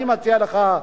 אני מציע לך,